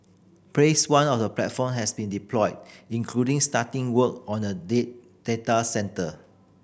Phase One of the platform has been deployed including starting work on a day data centre